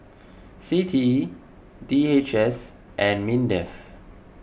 C T E D H S and Mindef